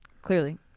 clearly